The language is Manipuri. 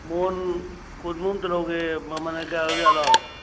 ꯃꯣꯟ ꯀꯨꯟꯃꯨꯛꯇ ꯂꯧꯒꯦ ꯃꯃꯜꯅ ꯀꯌꯥ ꯂꯩꯖꯥꯠꯅꯣ